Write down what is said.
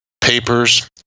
papers